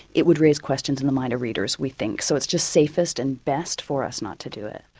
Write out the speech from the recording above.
it would raise questions in the mind of readers, we think. so it's just safest and best for us not to do it.